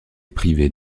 privée